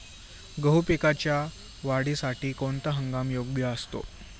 गहू पिकाच्या वाढीसाठी कोणता हंगाम योग्य असतो?